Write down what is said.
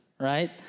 right